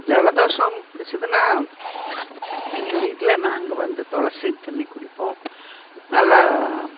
ஜலதோஷம் பிடிச்சுதுன்னா எங்கள் வீட்டில் நாங்கள் வந்து துளசித் தண்ணி குடிப்போம் நல்லா